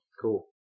Cool